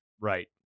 Right